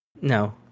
no